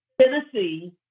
Tennessee